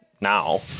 now